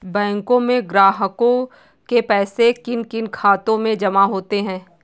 बैंकों में ग्राहकों के पैसे किन किन खातों में जमा होते हैं?